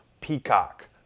Peacock